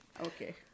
Okay